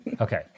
okay